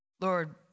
Lord